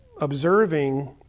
observing